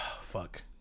fuck